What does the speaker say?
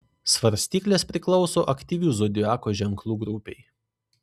svarstyklės priklauso aktyvių zodiako ženklų grupei